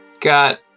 got